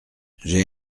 j’ai